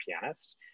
pianist